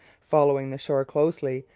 following the shore closely,